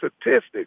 statistics